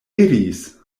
iris